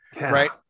right